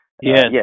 Yes